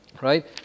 right